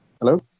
Hello